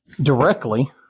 directly